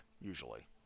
usually